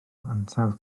ansawdd